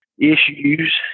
issues